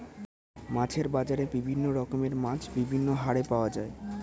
মাছের বাজারে বিভিন্ন রকমের মাছ বিভিন্ন হারে পাওয়া যায়